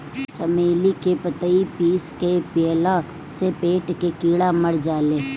चमेली के पतइ पीस के पियला से पेट के कीड़ा मर जाले